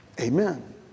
Amen